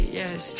yes